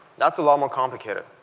that's a lot more complicated.